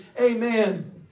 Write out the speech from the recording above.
Amen